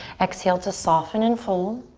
exhale to soften and fold.